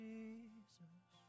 Jesus